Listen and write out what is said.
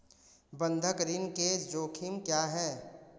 बंधक ऋण के जोखिम क्या हैं?